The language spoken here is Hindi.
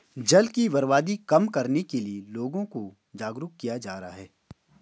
जल की बर्बादी कम करने के लिए लोगों को जागरुक किया जा रहा है